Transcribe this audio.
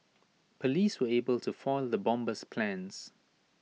Police were able to foil the bomber's plans